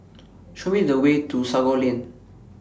Show Me The Way to Sago Lane